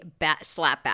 slapback